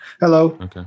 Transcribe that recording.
Hello